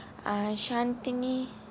uh shanthini